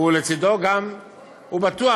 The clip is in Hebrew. ומצדו גם בטוח,